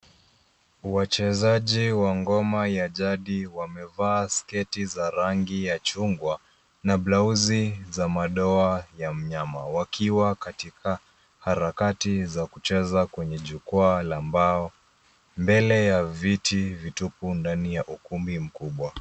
Wachezaji wa ngoma ya jadi wamevaa sketi za rangi ya chungwa na blouse za madoa ya mnyama, wakiwa katika harakati za kucheza kwenye jukwaa la mbao, mbele ya viti vitupu ndani ya ukumbi mkubwa.